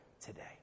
today